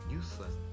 useless